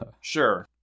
Sure